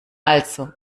also